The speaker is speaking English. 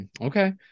Okay